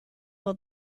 will